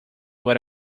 what